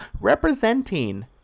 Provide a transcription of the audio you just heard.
representing